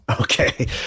okay